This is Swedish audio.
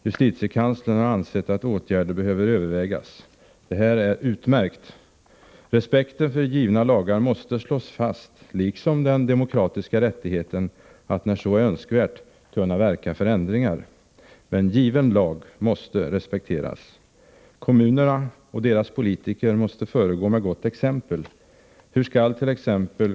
JK har ansett att åtgärder bör övervägas. Det är utmärkt. Respekten för givna lagar måste slås fast, liksom den demokratiska rättigheten att när så är önskvärt kunna verka för ändringar. Givna lagar måste respekteras. Kommunerna och deras politiker måste föregå med gott exempel. Hur skallt.ex.